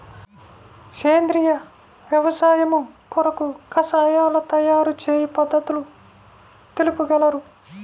సేంద్రియ వ్యవసాయము కొరకు కషాయాల తయారు చేయు పద్ధతులు తెలుపగలరు?